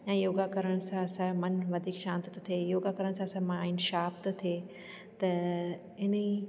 ऐं योगा करण सां असांजो मन वधीक शांति थो थिए योगा करण सां माइंड शार्प थो थिए त इन्ही